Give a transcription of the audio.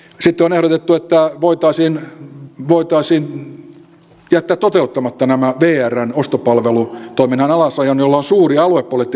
sitten on ehdotettu että voitaisiin jättää toteuttamatta tämä vrn ostopalvelutoiminnan alasajo jolla on suuri aluepoliittinen vaikutus